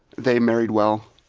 they married well.